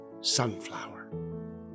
Sunflower